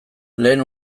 lehen